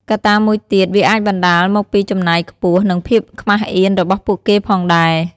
កត្តាមួយទៀត វាអាចបណ្ដាលមកពីចំណាយខ្ពស់ និងភាពខ្មាស់អៀនរបស់ពួកគេផងដែរ។